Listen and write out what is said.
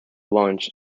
launch